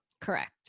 Correct